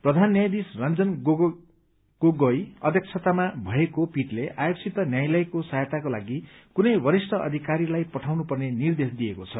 प्रधान न्यायाधीश रंजन गोगोईको अध्यक्षतामा भएको पीठले आयोगसित न्यायालयको सहायताको लागि कुनै वरिष्ठ अधिकारीलाई पठपउनु पर्ने निर्देश दिइएको छ